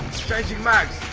changing mags.